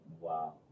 Wow